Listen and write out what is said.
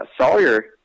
Sawyer